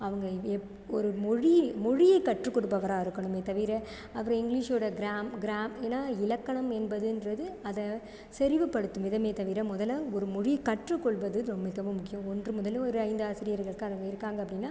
அவங்க ஒரு மொழி மொழியை கற்று கொடுப்பவராக இருக்கணுமே தவிர அப்புறம் இங்கிலீஷோட க்ராம் க்ராமர் ஏனா இலக்கணம் என்பதுன்றது அதை செறிவுப்படுத்தும் விதமே தவிர மொதலில் ஒரு மொழி கற்றுக்கொள்வது மிகவும் முக்கியம் ஒன்று முதல் ஒரு ஐந்து ஆசிரியர்கள் இருக்காங்க இருக்காங்க அப்படினா